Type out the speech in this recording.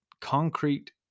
concrete